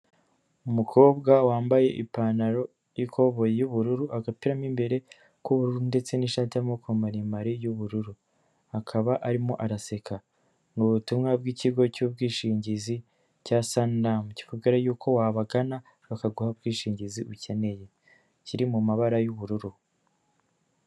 Umukobwa wambaye ipantaro y'ikoboyi y'ubururu, agapira mu imbere k'ubururu ndetse n'ishati y'amaboko maremare y'ubururu akaba arimo araseka, ni ubutumwa bw'ikigo cy'ubwishingizi cya Saniramu kikubwira y'uko wabagana bakaguha ubwishingizi ukeneye kiri mu mabara y'ubururu.